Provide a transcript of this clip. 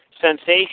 Sensation